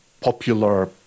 popular